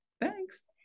Thanks